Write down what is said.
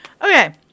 Okay